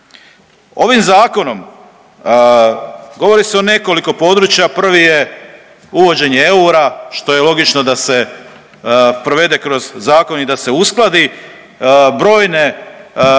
Ovim Zakonom govori se o nekoliko područja, prvi je uvođenje eura, što je logično da se provede kroz Zakon i da se uskladi brojne uredbe